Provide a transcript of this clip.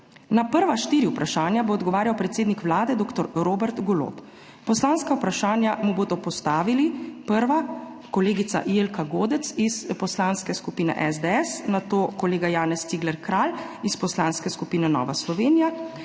Na prva štiri vprašanja bo odgovarjal predsednik Vlade dr. Robert Golob. Poslanska vprašanja mu bodo postavili: kolegica Jelka Godec iz Poslanske skupine SDS, nato kolega Janez Cigler Kralj iz Poslanske skupine Nova Slovenija,